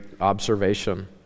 observation